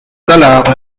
tallard